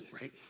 right